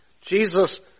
Jesus